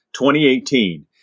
2018